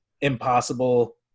impossible